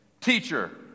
teacher